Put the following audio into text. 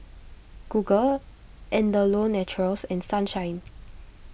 Google Andalou Naturals and Sunshine